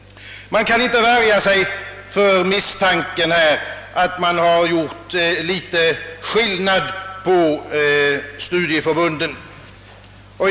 Man kan inte värja sig för misstanken att högertrafikkommissionen gjort en viss skillnad mellan studieförbunden.